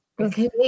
Okay